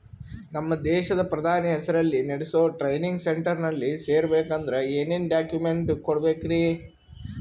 ನಮ್ಮ ದೇಶದ ಪ್ರಧಾನಿ ಹೆಸರಲ್ಲಿ ನೆಡಸೋ ಟ್ರೈನಿಂಗ್ ಸೆಂಟರ್ನಲ್ಲಿ ಸೇರ್ಬೇಕಂದ್ರ ಏನೇನ್ ಡಾಕ್ಯುಮೆಂಟ್ ಕೊಡಬೇಕ್ರಿ?